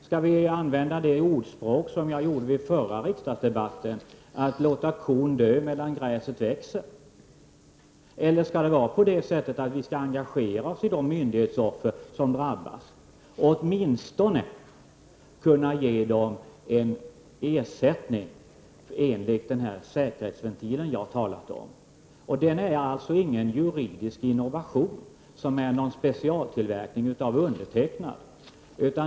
Skall vi använda oss av det ordspråk som jag använde vid förra riksdagsdebatten i ärendet: att låta kon dö medan gräset växer? Eller skall vi i stället engagera oss för de myndighetsoffer som drabbas och åtminstone ge dem en ersättning enligt den säkerhetsventil som jag har talat om? Denna säkerhetsventil är alltså inte någon juridisk innovation, någon specialtillverkning av undertecknad.